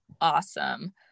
awesome